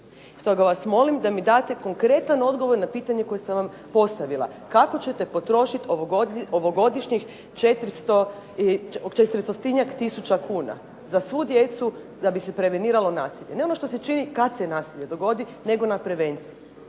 Stoga vas molim da mi date konkretan odgovor na pitanje koje sam vam postavila. Kako ćete potrošiti ovogodišnjih 400-injak tisuća kuna za svu djecu da bi se preveniralo nasilje? Ne ono što se čini kada se nasilje dogodi, nego na prevenciji.